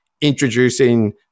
introducing